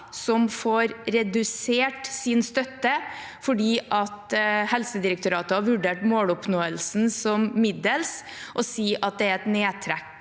som får redusert sin støtte fordi Helsedirektoratet har vurdert måloppnåelsen som middels, og si at det er et nedtrekk